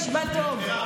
תשמע טוב,